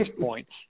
points